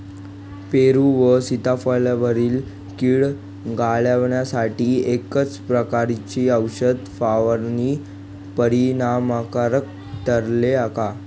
पेरू व सीताफळावरील कीड घालवण्यासाठी एकाच प्रकारची औषध फवारणी परिणामकारक ठरते का?